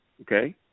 Okay